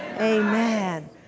Amen